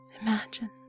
Imagine